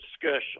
discussion